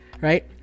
right